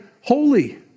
holy